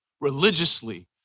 religiously